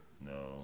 No